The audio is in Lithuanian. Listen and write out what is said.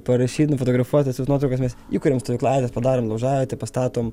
parašyt nufotografuot visas nuotraukas mes įkuriam stovyklavietę mes padarom laužavietę pastatom